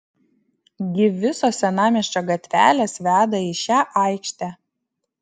gi visos senamiesčio gatvelės veda į šią aikštę